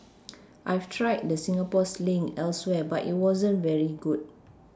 I've tried the Singapore Sling elsewhere but it wasn't very good